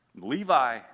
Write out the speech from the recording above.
Levi